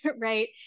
right